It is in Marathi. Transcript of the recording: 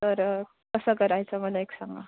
तर कसं करायचं मला एक सांगा